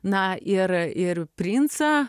na ir ir princą